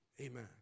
amen